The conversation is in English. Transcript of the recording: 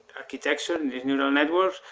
architecture, these neural networks.